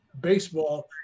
baseball